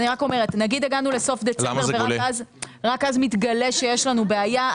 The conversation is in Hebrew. נגיד הגענו לסוף דצמבר ואז מתגלה לנו שיש בעיה,